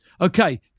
Okay